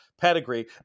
pedigree